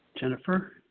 Jennifer